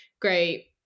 great